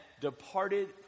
departed